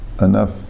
enough